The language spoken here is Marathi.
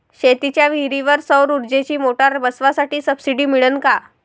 शेतीच्या विहीरीवर सौर ऊर्जेची मोटार बसवासाठी सबसीडी मिळन का?